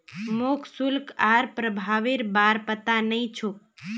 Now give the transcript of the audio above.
मोक शुल्क आर प्रभावीर बार पता नइ छोक